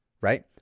right